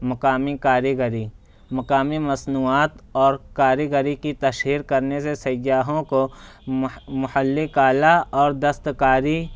مقامی کاریگری مقامی مصنوعات اور کاریگری کی تشہیر کرنے سے سیاحوں کو محلی کلا اور دست کاری